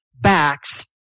backs